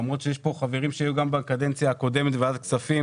למרות שיש פה חברים שהיו גם בקדנציה הקודמת בוועדת הכספים